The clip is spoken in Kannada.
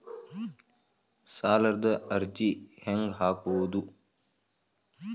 ಸಾಲದ ಅರ್ಜಿ ಹೆಂಗ್ ಹಾಕುವುದು?